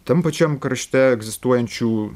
tam pačiam krašte egzistuojančių